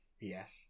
Yes